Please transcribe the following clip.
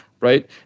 right